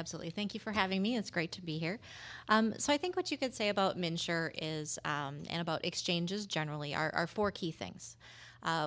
absolutely thank you for having me it's great to be here so i think what you could say about minister is about exchanges generally are four key things